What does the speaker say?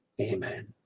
Amen